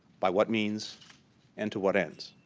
by what means and to what ends?